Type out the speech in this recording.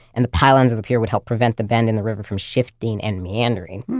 and the pylons of the pier would help prevent the bend in the river from shifting and meandering